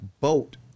boat